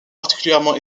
particulièrement